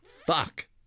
Fuck